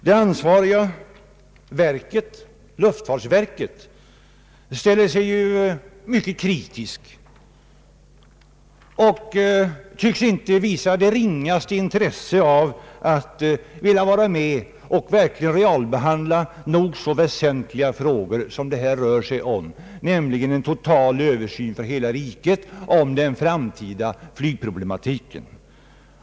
Det ansvariga verket, luftfartsverket, ställer sig mycket kritiskt och tycks inte visa det ringaste intresse för att vilja verkligen realbehandla de nog så väsentliga frågor som det rör sig om, nämligen en total översyn för hela riket beträffande den framtida flygproblematiken.